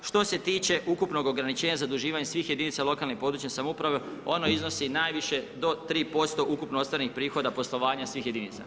Što se tiče ukupnog ograničenja zaduživanja svih jedinica lokalne i područne samouprave, ono iznosi najviše do 3% ukupno ostvarenih prihoda poslovanja svih jedinica.